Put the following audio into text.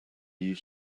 you